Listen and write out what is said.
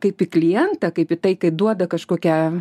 kaip į klientą kaip į tai kai duoda kažkokią